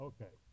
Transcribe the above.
Okay